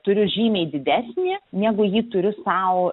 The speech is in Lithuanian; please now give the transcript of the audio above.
turiu žymiai didesnį negu jį turiu sau